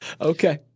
Okay